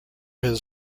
his